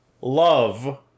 love